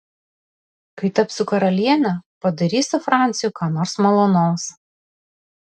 kai tapsiu karaliene padarysiu franciui ką nors malonaus